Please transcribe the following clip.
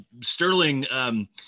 sterling